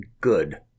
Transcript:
good